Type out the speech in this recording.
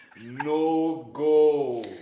No-go